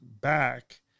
back